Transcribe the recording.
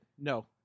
No